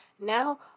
Now